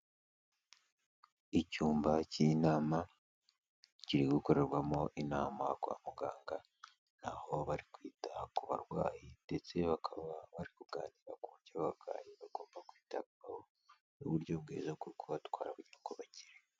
Icyumba cy'inama kiri gukorerwamo inama kwa muganga, ni aho bari kwita ku barwayi ndetse bakaba bari kuganira ku buryo abarwayi bagomba kwitabwaho n'uburyo bwiza bwo kubatwara kugira ngo bakire.